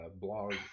blog